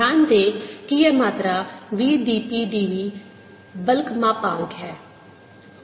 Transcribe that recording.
ध्यान दें कि यह मात्रा v dp dv बल्क मापांक है